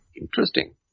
Interesting